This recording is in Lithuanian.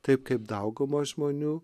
taip kaip dauguma žmonių